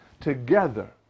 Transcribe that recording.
together